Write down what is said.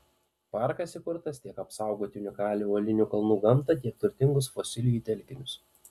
parkas įkurtas tiek apsaugoti unikalią uolinių kalnų gamtą tiek turtingus fosilijų telkinius